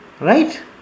Right